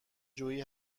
جویی